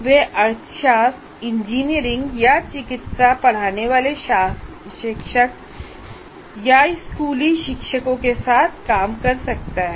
वह अर्थशास्त्र इंजीनियरिंग या चिकित्सा पढ़ाने वाले या शिक्षक स्कूली शिक्षकों के साथ काम कर सकता है